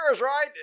right